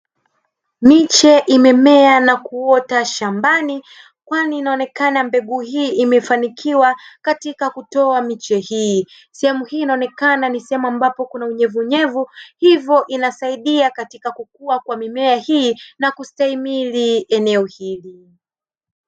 Miche imemea na kuota Shambani kwani inaonekana mbegu hii imefanikiwa katika kutoa miche hii, sehemu hii inaonekana ni sehemu yenye unyevunyevu hivyo inasaidia katika kukua katika mimea hii na kustahimili eneo hili.